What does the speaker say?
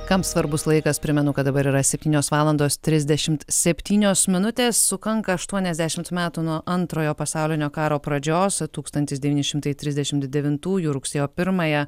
kam svarbus laikas primenu kad dabar yra septynios valandos trisdešimt septynios minutės sukanka aštuoniasdešimt metų nuo antrojo pasaulinio karo pradžios tūkstantis devyni šimtai trisdešimt devintųjų rugsėjo pirmąją